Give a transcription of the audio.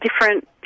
Different